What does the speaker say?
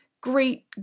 Great